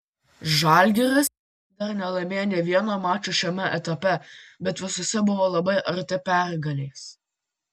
žalgiris dar nelaimėjo nė vieno mačo šiame etape bet visuose buvo labai arti pergalės